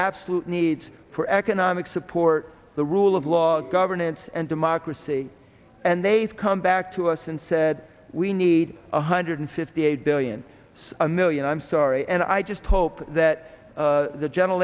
absolute needs for economic support the rule of law governance and democracy and they've come back to us and said we need one hundred fifty eight billion a million i'm sorry and i just hope that the gen